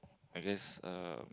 I guess uh